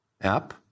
app